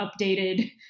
updated